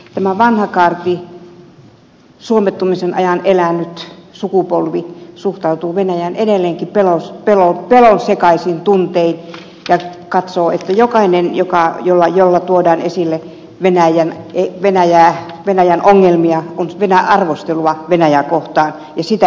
tämä vanha kaarti suomettumisen ajan elänyt sukupolvi suhtautuu venäjään edelleenkin pelonsekaisin tuntein ja katsoo että jokainen puheenvuoro jossa tuodaan esille venäjän ongelmia on arvostelua venäjää kohtaan ja sitä ei sallita